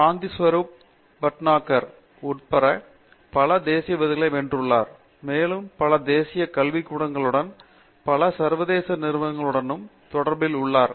சாந்தி ஸ்வரூப் பட்நகர் விருது உட்பட பல தேசிய விருதுகளை வென்றுள்ளார் மேலும் பல தேசிய கல்விக்கூடங்களுடனும் பல சர்வதேச நிறுவனங்களுடனும் தொடர்பில் உள்ளார்